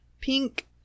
pink